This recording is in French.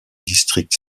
district